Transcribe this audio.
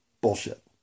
Bullshit